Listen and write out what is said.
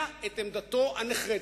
ולהביע את עמדתו הנחרצת.